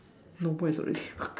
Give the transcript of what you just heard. no voice already